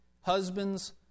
Husbands